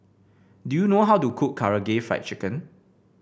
do you know how to cook Karaage Fried Chicken